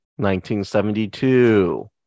1972